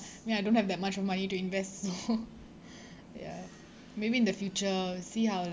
I mean I don't have that much of money to invest so ya maybe in the future see how lah